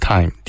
Time